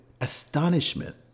astonishment